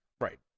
right